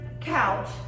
couch